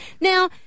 Now